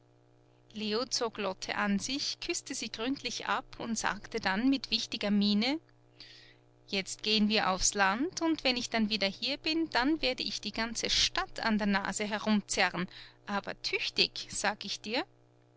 leo zog lotte an sich küßte sie gründlich ab und sagte dann mit wichtiger miene jetzt gehen wir aufs land und wenn ich dann wieder hier bin dann werde ich die ganze stadt an der nase herumzerren aber tüchtig sage ich dir